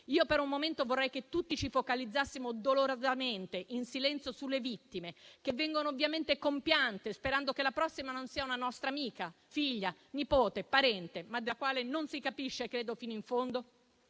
Per un momento vorrei che tutti ci focalizzassimo dolorosamente e in silenzio sulle vittime, che vengono ovviamente compiante, sperando che la prossima non sia una nostra amica, figlia, nipote, parente, ma della quale non si capisce credo fino in fondo